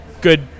good